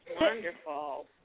wonderful